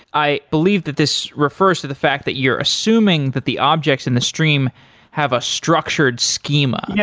i believe that this refers to the fact that you're assuming that the objects in the stream have a structured schema. yeah